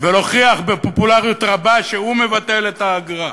ולהוכיח בפופולריות רבה שהוא מבטל את האגרה.